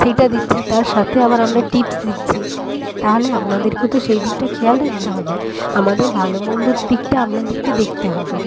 সেইটা দিচ্ছি তার সাথে আবার আমরা টিপ্স দিচ্ছি তাহলে আপনাদেরকেও তো সেদিকটা খেয়াল রাখতে হবে আমাদের ভালো মন্দর দিকটা আপনাদেরকে দেখতে হবে